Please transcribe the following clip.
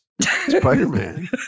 Spider-Man